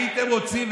הייתם רוצים.